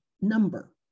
number